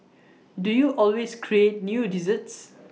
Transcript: do you always create new desserts